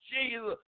Jesus